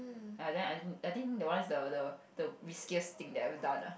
and then I think that one the the the riskiest thing that I ever done ah